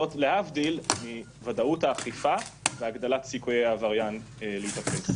זה להבדיל מוודאות האכיפה ומהגדלת סיכויי העבריין להיתפס.